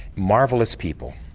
marvellous people,